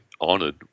honored